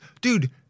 Dude